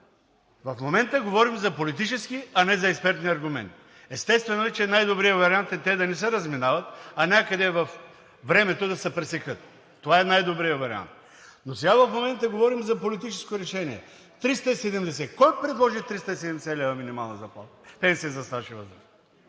В момента говорим за политически, а не за експертни аргументи. Естествено, че най-добрият вариант е те да не се разминават, а някъде във времето да се пресекат. Това е най-добрият вариант, но в момента говорим за политическо решение – кой предложи 370 лв. минимална пенсия за стаж и възраст?